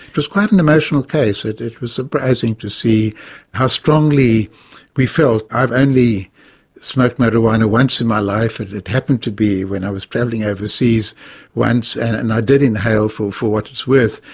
it was quite an emotional case. it it was surprising to see how strongly we felt. i've only smoked marijuana once in my life it it happened to be when i was travelling overseas once and and i did inhale, for for what it's worth,